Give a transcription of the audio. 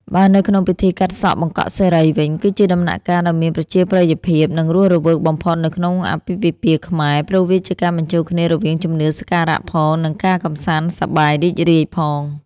បើនៅក្នុងពិធីកាត់សក់បង្កក់សិរីវិញ គឺជាដំណាក់កាលដ៏មានប្រជាប្រិយភាព និងរស់រវើកបំផុតនៅក្នុងអាពាហ៍ពិពាហ៍ខ្មែរ ព្រោះវាជាការបញ្ចូលគ្នារវាងជំនឿសក្ការៈផង និងការកម្សាន្តសប្បាយរីករាយផង។